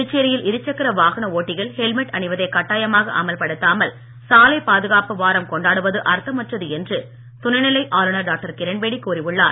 புதுச்சேரியில் இரு சக்கர வாகன ஓட்டிகள் ஹெல்மட் அணிவதை கட்டாயமாக அமல்படுத்தாமல் சாலை பாதுகாப்பு வாரம் கொண்டாடுவது அர்த்தமற்றது என்று துணைநிலை ஆளுநர் டாக்டர் கிரண்பேடி கூறியுள்ளார்